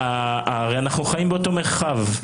חיים באותו מרחב.